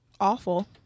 awful